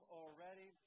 already